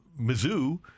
mizzou